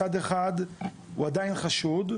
מצד אחד הוא עדיין חשוד,